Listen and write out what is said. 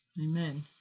amen